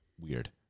weird